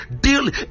deal